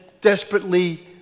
desperately